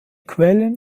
quellen